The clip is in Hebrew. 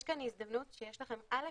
יש כאן הזדמנות שיש לכם א.